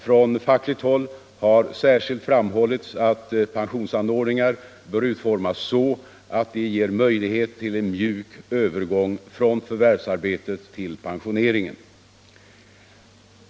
Från fackligt håll har särskilt framhållits att pensionsanordningar bör utformas så att de ger möjlighet till en mjuk övergång från förvärvsarbetet till pensioneringen.